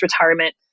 retirement